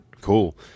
Cool